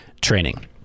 training